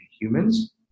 humans